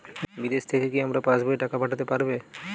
বিদেশ থেকে কি আমার পাশবইয়ে টাকা পাঠাতে পারবে?